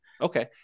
Okay